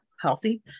healthy